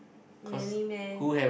really meh